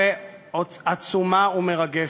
עצומה ומרגשת.